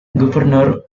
governor